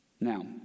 Now